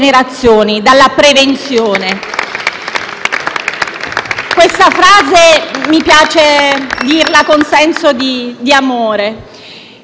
Questa frase mi piace dirla con senso di amore: insegniamo ai bambini la delicatezza dei gesti